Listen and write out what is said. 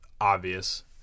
obvious